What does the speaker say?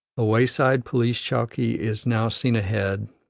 a wayside police-chowkee is now seen ahead,